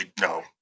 no